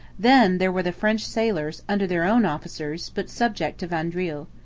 then there were the french sailors, under their own officers, but subject to vaudreuil.